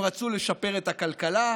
הן רצו לשפר את הכלכלה,